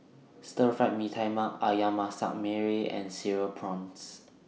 Stir Fry Mee Tai Mak Ayam Masak Merah and Cereal Prawns